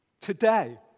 Today